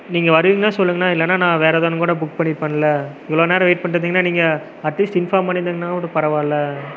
நீங்கள் வருவிங்னா சொல்லுங்ணா இல்லைனா நான் வேறு எதானுன் கூட புக் பண்ணிருப்பேன்ல இவ்வளோ நேரம் வெய்ட் பண்ணுறதுக்குனா நீங்கள் அட்லீஸ்ட் இன்ஃபார்ம் பண்ணியிருந்திங்னா கூட பரவாயில்ல